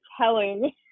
telling